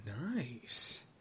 nice